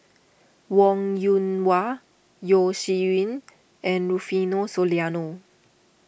Wong Yoon Wah Yeo Shih Yun and Rufino Soliano